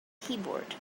keyboard